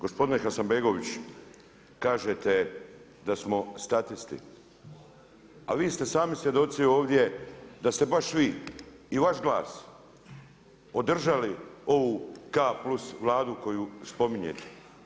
Gospodine Hasanbegović, kažete da smo statisti a vi ste sami svjedoci ovdje da ste baš vi i vaš glas održali ovu K+ Vladu koju spominjete.